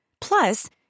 Plus